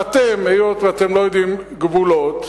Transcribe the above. היות שאתם לא יודעים גבולות,